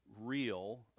real